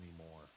anymore